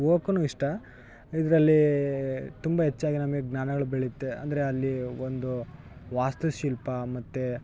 ಹೋಗುಕು ಇಷ್ಟ ಇದ್ರಲ್ಲೀ ತುಂಬ ಹೆಚ್ಚಾಗಿ ನಮಗ್ ಜ್ಞಾನಗಳು ಬೆಳೆಯುತ್ತೆ ಅಂದರೆ ಅಲ್ಲೀ ಒಂದು ವಾಸ್ತುಶಿಲ್ಪ ಮತ್ತು